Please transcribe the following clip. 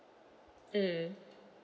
mm